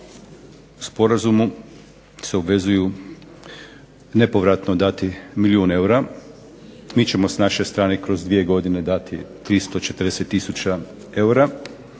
sporazumu se obvezuju nepovratno dati milijun eura. Mi ćemo s naše strane kroz dvije godine dati 340 tisuća eura